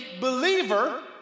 believer